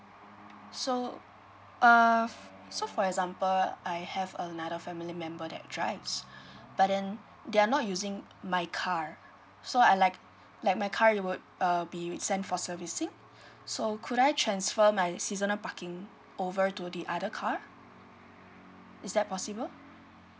so err so for example I have another family member that drives but then they're not using my car so I like like my car it would uh be sent for servicing so could I transfer my seasonal parking over to the other car is that possible